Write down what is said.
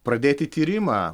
pradėti tyrimą